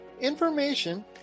information